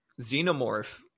xenomorph